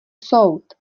soud